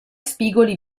spigoli